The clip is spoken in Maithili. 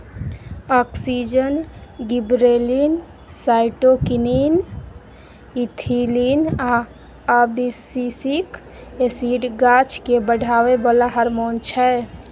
आक्जिन, गिबरेलिन, साइटोकीनीन, इथीलिन आ अबसिसिक एसिड गाछकेँ बढ़ाबै बला हारमोन छै